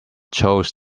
chose